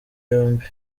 yombi